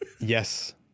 Yes